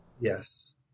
Yes